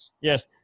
Yes